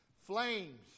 flames